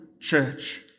church